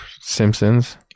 simpsons